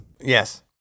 Yes